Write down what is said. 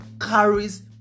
carries